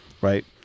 Right